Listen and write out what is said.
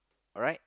alright